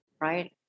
right